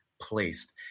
placed